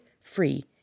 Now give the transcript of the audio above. free